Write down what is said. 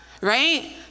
Right